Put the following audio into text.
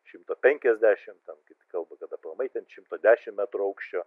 šimto penkiasdešimt ten kiti kalba kad aplamai ten šimto dešimt metrų aukščio